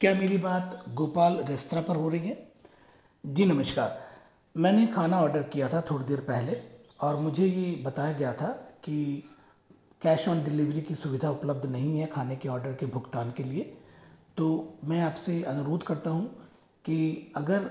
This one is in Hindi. क्या मेरी बात गोपाल रेस्तरां पर हो रही है जी नमस्कार मैम यह खाना ऑर्डर किया था थोड़ी देर पहले और मुझे यह बताया गया था की कैश ऑन डिलीवरी की सुविधा उपलब्ध नहीं हैं खाने के ऑर्डर के भुगतान के लिए तो मैं आपसे अनुरोध करता हूँ कि अगर